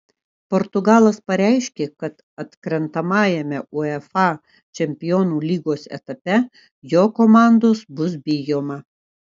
portugalas pareiškė kad atkrentamajame uefa čempionų lygos etape jo komandos bus bijoma